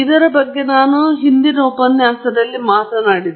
ದೃಶ್ಯೀಕರಣದ ಮಹತ್ವವನ್ನು ಎತ್ತಿ ತೋರಿಸುವ ಕೊನೆಯ ಉಪನ್ಯಾಸದಲ್ಲಿ ನಮಗೆ ಒಂದು ಉದಾಹರಣೆಯಾಗಿದೆ